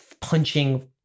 punching